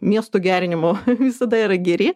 miesto gerinimo visada yra geri